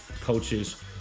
coaches